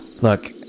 Look